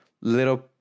little